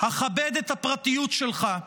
אכבד את הפרטיות שלך.